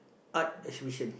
art exhibition